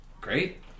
Great